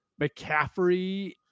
McCaffrey